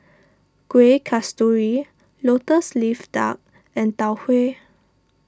Kueh Kasturi Lotus Leaf Duck and Tau Huay